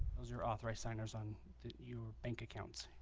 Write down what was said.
those are authorized signers on your bank account